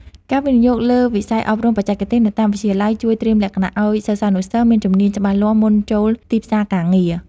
ការវិនិយោគលើវិស័យអប់រំបច្ចេកទេសនៅតាមវិទ្យាល័យជួយត្រៀមលក្ខណៈឱ្យសិស្សានុសិស្សមានជំនាញច្បាស់លាស់មុនចូលទីផ្សារការងារ។